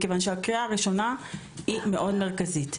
מכיוון שהקריאה הראשונה היא מאוד מרכזית.